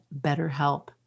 BetterHelp